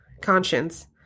Conscience